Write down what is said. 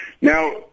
Now